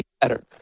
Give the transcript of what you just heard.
better